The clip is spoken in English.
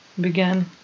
began